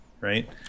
right